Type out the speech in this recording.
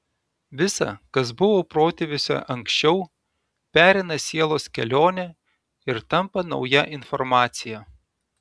visa kas buvo protėviuose anksčiau pereina sielos kelionę ir tampa nauja informacija